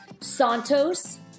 Santos